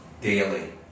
daily